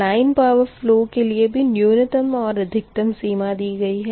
line power flow के लिए भी न्यूनतम और अधिकतम सीमा दी गई है